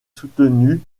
soutenu